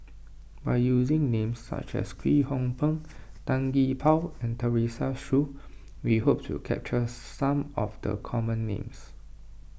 by using names such as Kwek Hong Png Tan Gee Paw and Teresa Hsu we hope to capture some of the common names